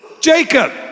Jacob